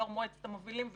יו"ר מועצת המובילים ושלנו,